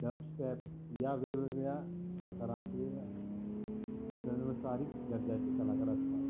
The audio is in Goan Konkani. डबस्टॅप ह्या वेगवेगळ्या प्रकारांतले संवसारीक दर्जाचे कलाकार आसतात